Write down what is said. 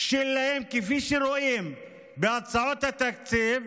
שלהם כפי שרואים בהצעות התקציב,